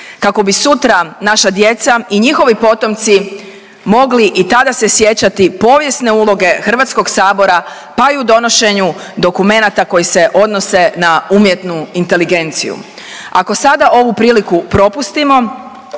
kako bi sutra naša djeca i njihovi potomci mogli i tada se sjećati povijesne uloge HS-a, pa i u donošenju dokumenata koji se odnose na umjetnu inteligenciju. Ako sada ovu priliku propustimo,